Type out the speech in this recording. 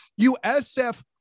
USF